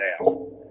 now